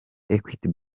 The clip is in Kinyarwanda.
equity